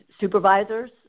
supervisors